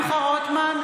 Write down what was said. אינו נוכח שמחה רוטמן,